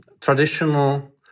traditional